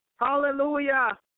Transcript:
Hallelujah